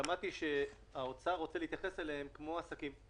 שמעתי שהאוצר רוצה להתייחס אליהם כאל עסקים כך